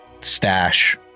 stash